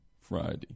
Friday